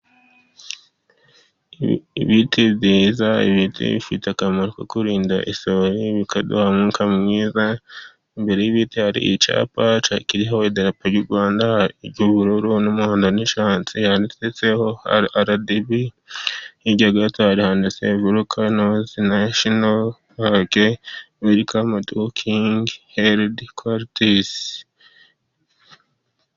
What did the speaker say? Ibiti byiza, ibiti bifite akamaro ko kurinda isuri, bikaduha umwuka mwiza. Imbere hari icyapa kiriho idarapo ry'u Rwanda ry'ubururu n'umuhodo n'icyatsi handitseho RDB hirya gato handitseho vorukanasi neshonoro pake welikamu tu Kinigi hedikotazi.